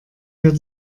wir